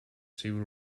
civil